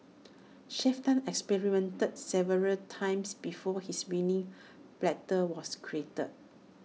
Chef Tan experimented several times before his winning platter was created